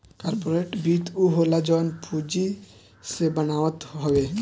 corporate वित्त उ होला जवन पूंजी जे बनावत हवे